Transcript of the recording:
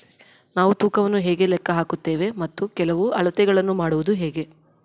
ನಾವು ತೂಕವನ್ನು ಹೇಗೆ ಲೆಕ್ಕ ಹಾಕುತ್ತೇವೆ ಮತ್ತು ಕೆಲವು ಅಳತೆಗಳನ್ನು ಮಾಡುವುದು ಹೇಗೆ?